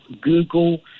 Google